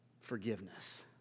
Forgiveness